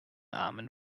armen